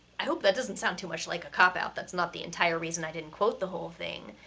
i hope that doesn't sound too much like a cop-out, that's not the entire reason i didn't quote the whole thing.